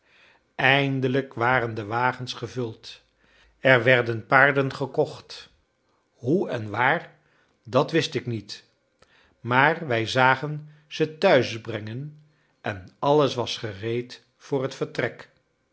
eindelijk waren de wagens gevuld er werden paarden gekocht hoe en waar dat wist ik niet maar wij zagen ze thuisbrengen en alles was gereed voor het vertrek